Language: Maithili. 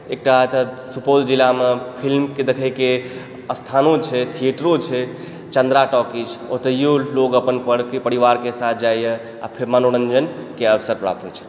एकटा तऽ सुपौल जिलामे फिल्मके देखयके स्थानो छै थियेटरो छै चन्द्रा टाकीज ओतहियो लोग अपन पर परिवारके साथ जाइए आओर फेर मनोरञ्जनके अवसर प्राप्त होइ छै